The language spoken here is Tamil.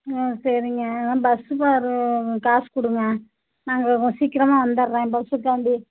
ம் சரிங்க அதான் பஸ்ஸு வரும் காசு கொடுங்க நான் அங்கே கொஞ்சம் சீக்கரமாக வந்தர்றேன் பஸ்ஸுக்காண்டி